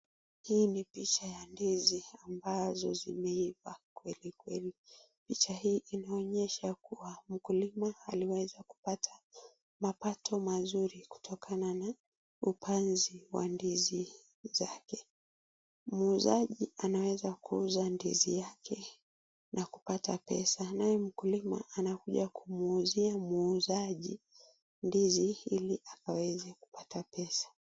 Hii ni picha ya ndizi ambazo zimeiva kwelikweli. Picha hii inaonyesha kuwa mkulima aliweza kupata mapato mazuri kutokana na upanzi wa ndizi zake. Muuzaji anaweza kuuza ndizi yake na kupata pesa naye mkulima anakuja kumuuzia muuzaji ndizi ili akaweze kupata pesa.